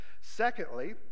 Secondly